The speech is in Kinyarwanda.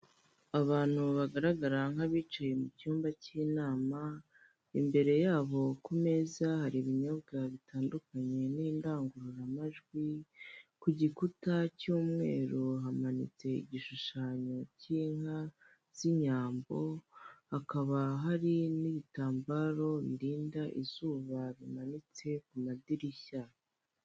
Abantu bagaragara nk'abicaye mu cymba cy'inama, imbere yabo ku meza hari ibinyobwa bitandukanye n'indangururamajwi, ku gikuta cy'umweru hamanitse igishushanyo cy'inka z'inyambo, hakaba hari n'ibitambaro birinda izuba bimanitse mu madirishya.